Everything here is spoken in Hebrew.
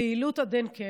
ביעילות עד אין-קץ,